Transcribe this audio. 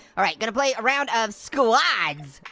all right, gonna play a round of squads.